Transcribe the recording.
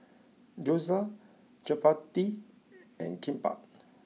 Gyoza Chapati and Kimbap